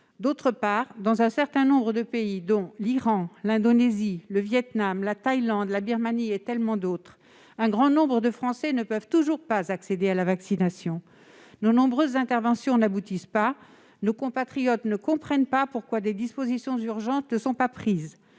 ailleurs, dans un certain nombre de pays, dont l'Iran, l'Indonésie, le Vietnam, la Thaïlande, la Birmanie et tant d'autres, un grand nombre de Français ne peuvent toujours pas accéder à la vaccination. Nos nombreuses interventions n'aboutissent pas. Nos compatriotes ne comprennent pas pourquoi des dispositions urgentes ne sont pas prises.